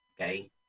Okay